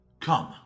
Come